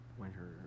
winter